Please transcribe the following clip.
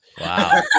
wow